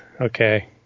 Okay